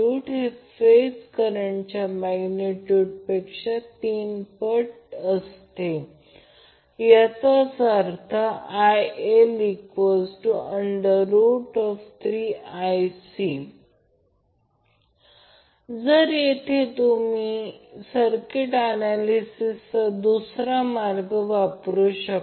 तर ही सर्व गोष्ट अशी आहे की काहीही लक्षात ठेवण्याची गरज नाही ही गोष्ट अगदी सोपी आहे कारण जर फेजमधील फरक 120° लॅगिंग किंवा लीडींग असेल आणि फक्त सोपे करणे आवश्यक आहे